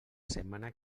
setmana